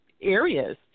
areas